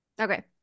Okay